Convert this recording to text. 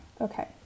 Okay